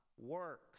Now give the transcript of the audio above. works